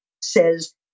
says